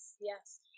yes